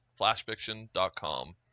flashfiction.com